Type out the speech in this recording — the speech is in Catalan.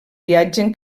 viatgen